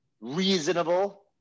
reasonable